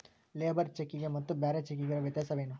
Labour ಚೆಕ್ಕಿಗೆ ಮತ್ತ್ ಬ್ಯಾರೆ ಚೆಕ್ಕಿಗೆ ಇರೊ ವ್ಯತ್ಯಾಸೇನು?